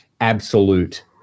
absolute